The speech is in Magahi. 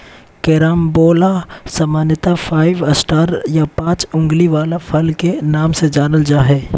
कैरम्बोला सामान्यत फाइव स्टार या पाँच उंगली वला फल के नाम से जानल जा हय